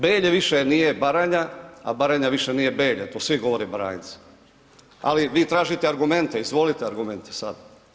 Belje više nije Baranja, a Baranja više nije Belje, to svi govore Baranjci, ali vi tražite argumente, izvolite argumente sad.